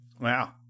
Wow